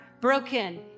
broken